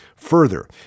Further